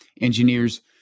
engineers